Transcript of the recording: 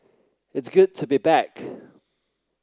it's good to be back